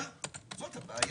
זאת הבעיה.